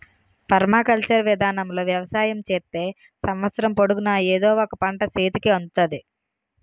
permaculture విధానములో వ్యవసాయం చేత్తే సంవత్సరము పొడుగునా ఎదో ఒక పంట సేతికి అందుతాది